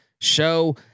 show